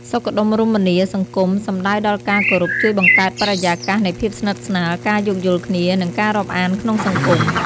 សុខដុមរមនាសង្គម សំដៅដល់ការគោរពជួយបង្កើតបរិយាកាសនៃភាពស្និទ្ធស្នាល ការយោគយល់គ្នា និងការរាប់អានក្នុងសង្គម។